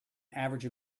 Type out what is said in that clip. average